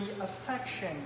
affection